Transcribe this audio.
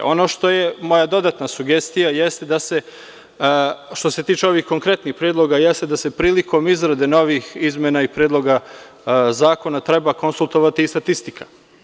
Ono što je moja dodatna sugestija, što se tiče ovih konkretnih predloga, jeste da se prilikom izrade novih izmena i predloga zakona treba konsultovati i statistika.